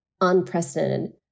unprecedented